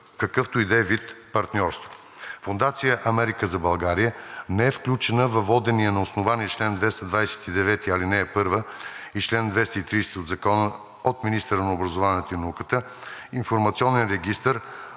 какъвто и да е вид партньорство. Фондация „Америка за България“ не е включена във водения на основание чл. 229, ал. 1 и чл. 230 от Закона, от министъра на образованието и науката информационен регистър